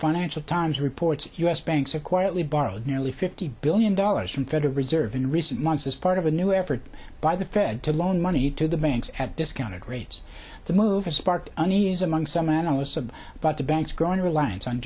financial times reports u s banks have quietly borrowed nearly fifty billion dollars from federal reserve in recent months as part of a new effort by the fed to loan money to the banks at discounted rates the move has sparked unease among some analysts of but the bank's growing reliance on